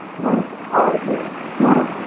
where are you from? um